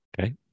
Okay